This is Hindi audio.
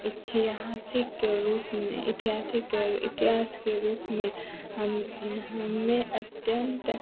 ऐतिहासिक के रूप में ऐतिहासिक के और इतिहास के रूप में हम हमें अत्यंत